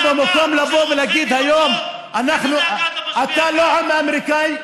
במקום לבוא ולהגיד היום, אתה לא מהעם האמריקאי,